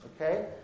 Okay